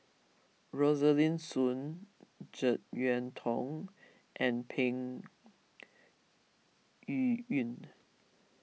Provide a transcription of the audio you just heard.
Rosaline Soon Jek Yeun Thong and Peng Yuyun